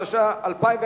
התש"ע 2010,